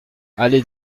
allée